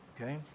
Okay